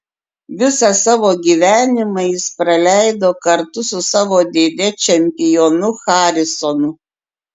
visą savo gyvenimą jis praleido kartu su savo dėde čempionu harisonu